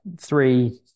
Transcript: three